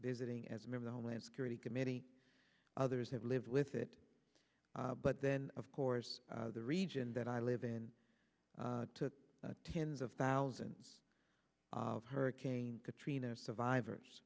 visiting as a member homeland security committee others have lived with it but then of course the region that i live in took tens of thousands of hurricane katrina survivors